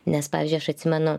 nes pavyzdžiui aš atsimenu